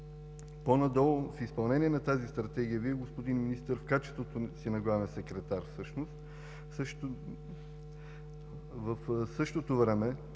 По-надолу, в изпълнение на тази Стратегия Вие, господин Министър, в качеството си на главен секретар, всъщност, в същото време